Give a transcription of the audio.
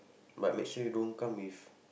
but make sure you don't come with